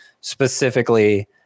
Specifically